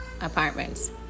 apartments